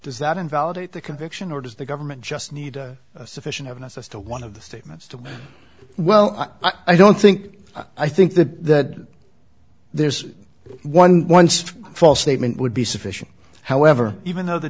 does that invalidate the conviction or does the government just need sufficient evidence as to one of the statements to well i don't think i think that there's one once false statement would be sufficient however even though the